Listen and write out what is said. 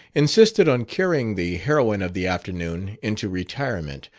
insisted on carrying the heroine of the afternoon into retirement,